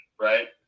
right